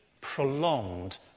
prolonged